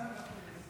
חבריי חברי הכנסת,